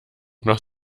noch